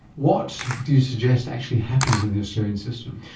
what do you suggest actually happens in the australian system?